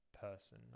person